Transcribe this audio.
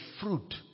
fruit